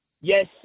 yes